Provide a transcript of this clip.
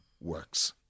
works